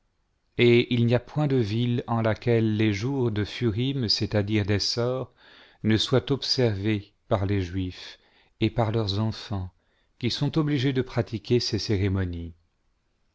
et il n'y a point de ville en laquelle les jours de phurim c'est-à-dire des sorts ne soient observés par les juifs et par leurs enfants qui sont obligés de pratiquer ces cérémonies